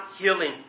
healing